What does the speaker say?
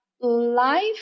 life